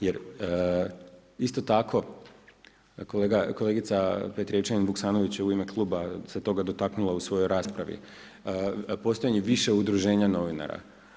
Jer isto tako kolegica Petrijevčanin-Vuksanović se u ime kluba toga dotaknula u svojoj raspravi, postojanje više udruženja novinara.